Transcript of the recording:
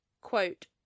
quote